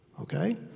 Okay